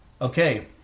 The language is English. Okay